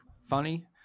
funny